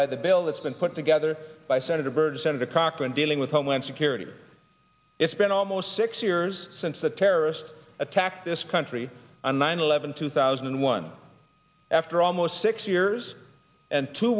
by the bill that's been put together by senator byrd senator cochran dealing with homeland security it's been almost six years since the terrorist attack this country on nine eleven two thousand and one after almost six years and two